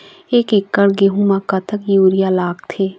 एक एकड़ गेहूं म कतक यूरिया लागथे?